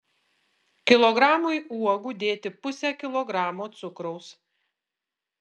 kilogramui uogų dėti pusę kilogramo cukraus